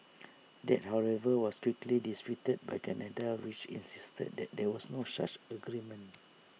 that however was quickly disputed by Canada which insisted that there was no such agreement